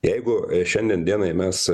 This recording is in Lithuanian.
jeigu šiandien dienai mes